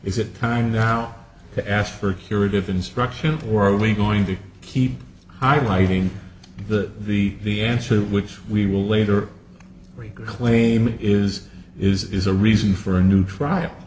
is it time now to ask for your id of instruction or are we going to keep highlighting the the the answer which we will later claim is is a reason for a new trial